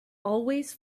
always